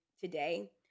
today